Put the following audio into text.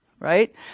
right